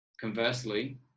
Conversely